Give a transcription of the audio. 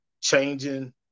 changing